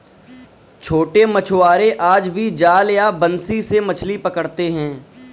छोटे मछुआरे आज भी जाल या बंसी से मछली पकड़ते हैं